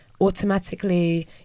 automatically